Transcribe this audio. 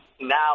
now